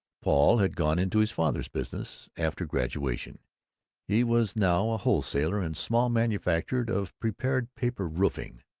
paul had gone into his father's business, after graduation he was now a wholesaler and small manufacturer of prepared-paper roofing.